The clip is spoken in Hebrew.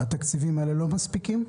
התקציבים האלה לא מספיקים?